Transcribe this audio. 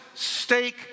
stake